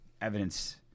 evidence